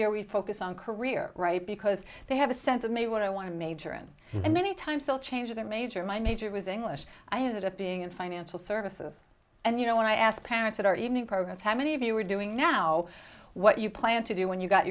year we focus on career right because they have a sense of maybe what i want to major in and then times they'll change their major my major was english i ended up being in financial services and you know when i asked parents at our evening programs how many of you are doing now what you plan to do when you got